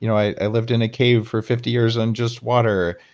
you know i lived in a cave for fifty years on just water.